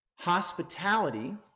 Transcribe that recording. Hospitality